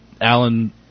Alan